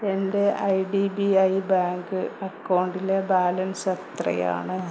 എൻ്റെ I D B I bank അക്കൗണ്ടിലെ balance എത്രയാണ്